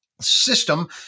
System